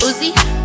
Uzi